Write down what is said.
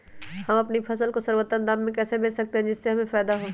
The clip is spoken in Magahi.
हम अपनी फसल को सर्वोत्तम दाम में कैसे बेच सकते हैं जिससे हमें फायदा हो?